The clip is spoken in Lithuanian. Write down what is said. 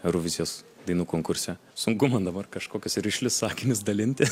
eurovizijos dainų konkurse sunku man dabar kažkokius rišlius sakinius dalinti